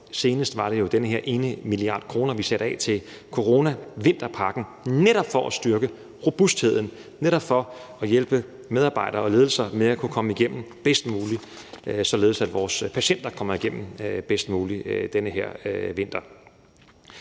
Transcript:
Senest var det den her 1 mia. kr., vi satte af til coronavinterpakken, netop for at styrke robustheden, netop for at hjælpe medarbejdere og ledelser med at kunne komme igennem bedst muligt, således at vores patienter kommer igennem den her vinter